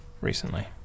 recently